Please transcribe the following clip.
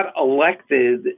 elected